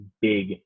big